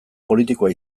politikoa